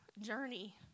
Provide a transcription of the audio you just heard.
journey